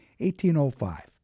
1805